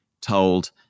told